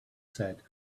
said